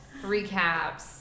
recaps